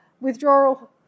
withdrawal